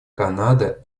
канада